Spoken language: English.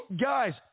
guys